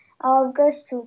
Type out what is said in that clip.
August